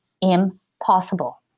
impossible